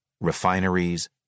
refineries